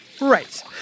Right